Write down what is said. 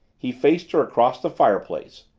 he faced her across the fireplace,